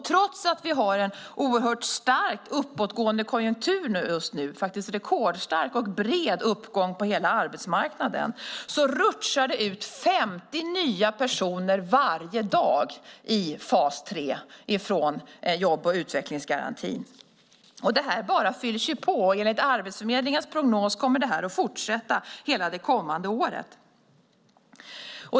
Trots att vi har en starkt uppåtgående konjunktur just nu - det är faktiskt en rekordstark och bred uppgång på hela arbetsmarknaden - rutschar det varje dag ut 50 nya personer i fas 3 från jobb och utvecklingsgarantin. Det bara fylls på. Enligt Arbetsförmedlingens prognos kommer detta att fortsätta hela det kommande året.